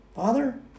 Father